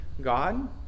God